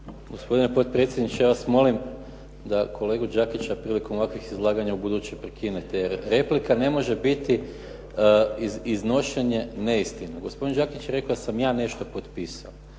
Gospodine potpredsjedniče, ja vas molim da kolegu Đakića prilikom ovakvih izlaganja u buduće prekinete jer replika ne može biti iznošenje neistina. Gospodin Đakić je rekao da sam ja nešto potpisao.